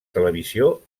televisió